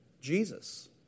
Jesus